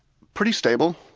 pretty stable.